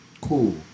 Cool